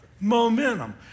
Momentum